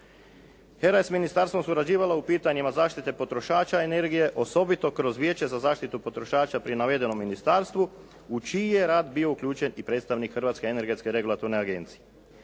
HERA je s ministarstvom surađivala u pitanjima zaštite potrošača energije, osobito kroz Vijeće za zaštitu potrošača pri navedenom ministarstvu, u čiji je rad bio uključen i predstavnik Hrvatske energetske regualtorne agencije.